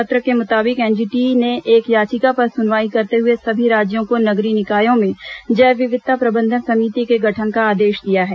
पत्र के मुताबिक एनजीटी ने एक याचिका पर सुनवाई करते हुए सभी राज्यों को नगरीय निकायों में जैव विविधता प्रबंधन समिति के गठन का आदेश दिया है